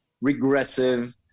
regressive